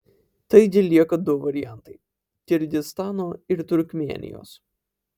taigi lieka du variantai kirgizstano ir turkmėnijos